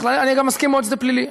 אני גם מסכים מאוד שזה פלילי.